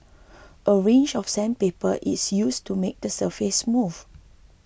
a range of sandpaper is used to make the surface smooth